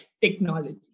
technology